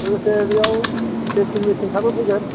लोगोसे बियाव मेचिन मेचिनफ्राबो फैगोन